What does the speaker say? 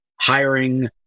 hiring